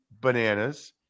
bananas